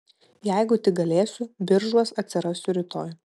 jeigu tik galėsiu biržuos atsirasiu rytoj